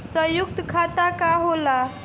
सयुक्त खाता का होला?